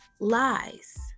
lies